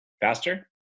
faster